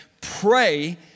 pray